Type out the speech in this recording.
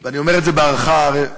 ואני אומר את זה בהערכה אמיתית.